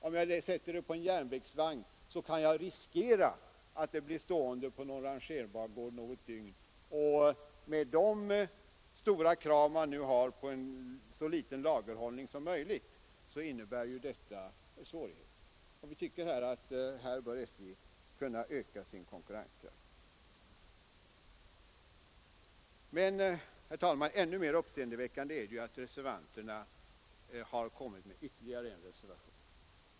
Om jag däremot sätter det på en järnvägsvagn, kan jag riskera att det blir stående på någon rangerbangård i något dygn, och med de stora krav som man nu har på så kort lagerhållning som möjligt innebär ju detta svårigheter.” Vi tycker att här bör SJ kunna öka sin konkurrenskraft. Men, herr talman, ännu mer uppseendeväckande är att det föreligger ytterligare en socialdemokratisk reservation.